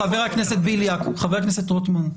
חבר הכנסת בליאק וחבר הכנסת רוטמן,